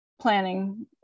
planning